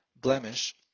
blemish